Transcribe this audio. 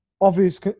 obvious